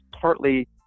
partly